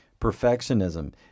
Perfectionism